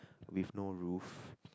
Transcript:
with no roof